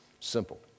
Simple